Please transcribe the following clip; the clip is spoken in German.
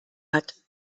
hat